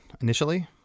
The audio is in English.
initially